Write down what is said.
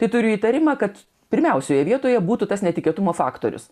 tai turiu įtarimą kad pirmiausioje vietoje būtų tas netikėtumo faktorius